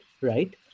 Right